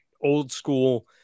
old-school